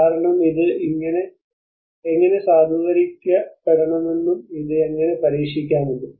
കാരണം ഇത് എങ്ങനെ സാധൂകരിക്കപ്പെടണമെന്നും ഇത് എങ്ങനെ പരീക്ഷിക്കാം എന്നും